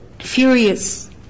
furious